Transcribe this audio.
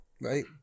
right